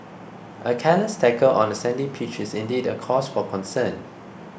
a careless tackle on a sandy pitch is indeed a cause for concern